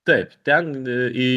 taip ten į